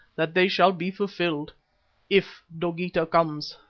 that they shall be fulfilled if dogeetah comes.